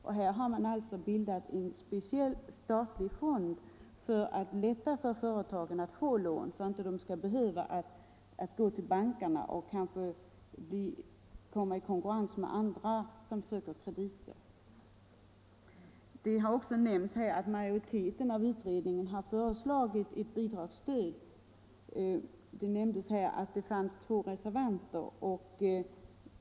Här har man ju också bildat en speciell statlig fond för att göra det lättare för företagen att få lån så att de inte skall behöva gå till bankerna och kanske komma i konkurrens med andra som söker krediter. Det har också nämnts här att majoriteten av trädgårdsnäringsutredningen har föreslagit ett bidragsstöd men att det fanns två reservanter.